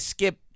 Skip